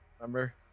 Remember